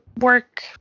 work